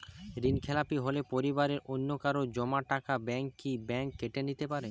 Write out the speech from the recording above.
ঋণখেলাপি হলে পরিবারের অন্যকারো জমা টাকা ব্যাঙ্ক কি ব্যাঙ্ক কেটে নিতে পারে?